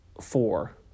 four